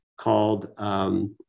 called